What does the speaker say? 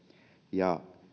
ja